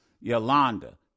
Yolanda